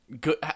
good